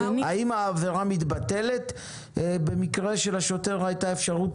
האם העבירה מתבטלת במקרה שלשוטר הייתה אפשרות